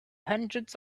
hundreds